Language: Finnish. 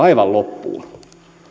aivan loppuun